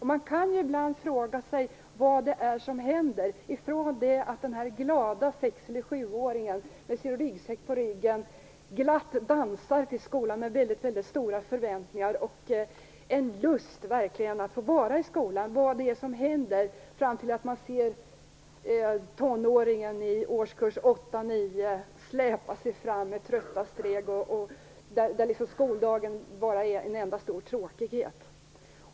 Ibland kan man fråga sig vad det är som händer ifrån det att den här glada sex-sjuåringen med sin ryggsäck på ryggen glatt dansar till skolan med väldigt stora förväntningar och en lust att få vara i skolan fram till att man ser tonåringen i årskurs 8-9 släpa sig fram med trötta steg till en skoldag som bara är en enda stor tråkighet.